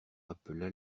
rappela